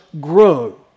grow